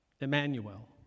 Emmanuel